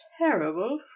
terrible